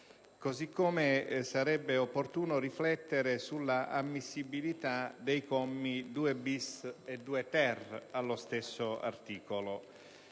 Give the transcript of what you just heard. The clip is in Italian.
così come sarebbe opportuno riflettere sull'ammissibilità dei commi 2*-bis* e 2*-ter* dello stesso articolo,